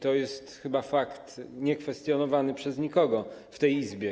To jest chyba fakt niekwestionowany przez nikogo w tej Izbie.